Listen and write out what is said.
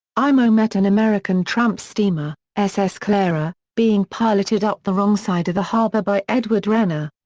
imo met an american tramp steamer, ss clara, being piloted up the wrong side of the harbour by edward renner.